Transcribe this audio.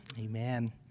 Amen